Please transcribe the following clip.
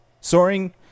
Soaring-